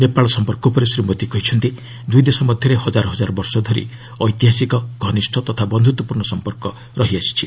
ନେପାଳ ସମ୍ପର୍କ ଉପରେ ଶ୍ରୀ ମୋଦି କହିଛନ୍ତି ଦୁଇ ଦେଶ ମଧ୍ୟରେ ହଜାର ହଜାର ବର୍ଷ ଧରି ଐତିହାସିକ ଘନିଷ୍ଠ ତଥା ବନ୍ଧୁତ୍ୱପୂର୍ଣ୍ଣ ସମ୍ପର୍କ ରହିଆସିଛି